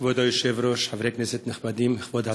כבוד היושב-ראש, חברי כנסת נכבדים, כבוד השרה,